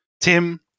Tim